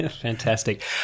Fantastic